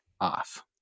off